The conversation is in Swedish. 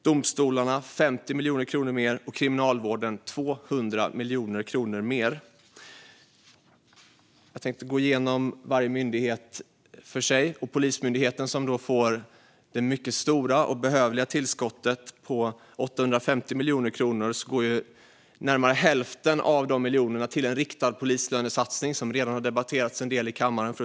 Domstolarna får 50 miljoner kronor mer, och Kriminalvården får 200 miljoner kronor mer. Jag tänkte gå igenom varje myndighet för sig. Polismyndigheten får det mycket stora och behövliga tillskottet på 850 miljoner kronor. Närmare hälften av de miljonerna går till en riktad polislönesatsning, som redan har debatterats en del i kammaren.